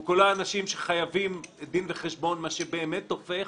הוא כולו אנשים שחייבים דין וחשבון, מה שבאמת הופך